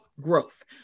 growth